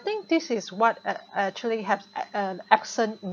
I think this is what act~ act~ actually have a~ a~ accent